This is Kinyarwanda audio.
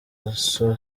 amaso